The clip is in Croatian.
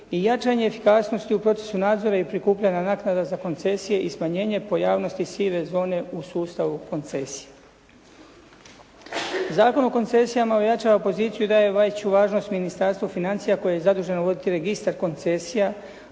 i jačanje efikasnosti u procesu nadzora i prikupljanja naknada za koncesije i smanjenje pojavnosti sive zone u sustavu koncesija. Zakon o koncesijama ojačava poziciju i daje veću važnost Ministarstvu financija koje je zaduženo voditi registar koncesija,